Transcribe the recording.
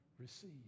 receive